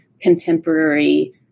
contemporary